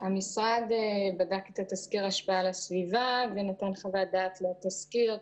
המשרד בדק את תסקיר ההשפעה על הסביבה ונתן חוות דעת לתסקיר.